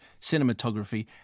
cinematography